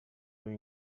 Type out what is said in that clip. will